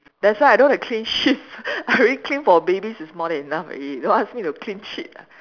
that's why I don't want to clean shit I already clean for babies is more than enough already don't ask me to clean shit